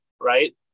right